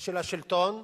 של השלטון,